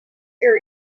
their